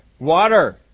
Water